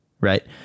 right